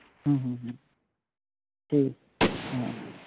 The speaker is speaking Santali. ᱦᱩᱸ ᱦᱩᱸ ᱦᱩᱸ ᱴᱷᱤᱠ ᱦᱮᱸ ᱦᱮᱸ